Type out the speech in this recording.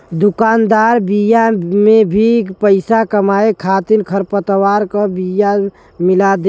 दुकानदार बिया में भी पईसा कमाए खातिर खरपतवार क बिया मिला देवेलन